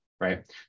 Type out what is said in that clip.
right